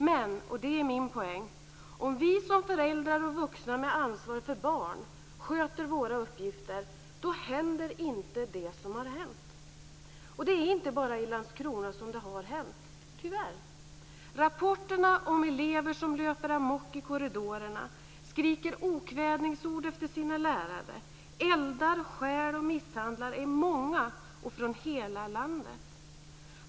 Men - och det är min poäng - om vi som föräldrar och vuxna med ansvar för barn sköter våra uppgifter händer inte det som har hänt. Det är inte bara i Landskrona som det har hänt, tyvärr. Rapporterna om elever som löper amok i korridorerna, skriker okvädingsord efter sina lärare, eldar, stjäl och misshandlar är många och kommer från hela landet.